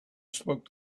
spoke